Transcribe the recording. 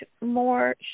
more